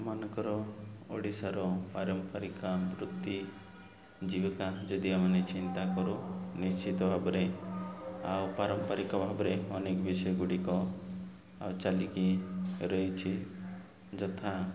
ଆମମାନଙ୍କର ଓଡ଼ିଶାର ପାରମ୍ପାରିକ ବୃତ୍ତି ଜୀବିକା ଯଦି ଆମେ ନେଇଁ ଚିନ୍ତା କରୁ ନିଶ୍ଚିତ ଭାବରେ ଆଉ ପାରମ୍ପାରିକ ଭାବରେ ଅନେକ ବିଷୟ ଗୁଡ଼ିକ ଆଉ ଚାଲିକି ରହିଛି ଯଥା